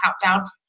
countdown